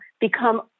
become